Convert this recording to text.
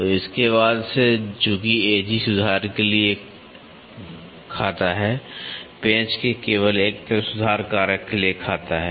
तो इसके बाद के बाद से चूंकि एजी सुधार के लिए खाता है पेंच के केवल एक तरफ सुधार कारक के लिए खाता है